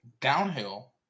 downhill